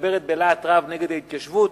ומדברת בלהט רב נגד ההתיישבות,